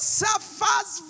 suffers